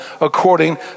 according